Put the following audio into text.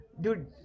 Dude